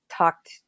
talked